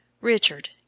richard